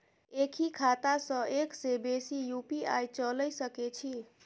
एक ही खाता सं एक से बेसी यु.पी.आई चलय सके छि?